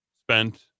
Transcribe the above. spent